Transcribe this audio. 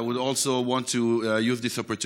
I would also want to use this opportunity